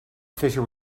fissure